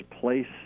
place